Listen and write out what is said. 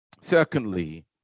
Secondly